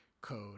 code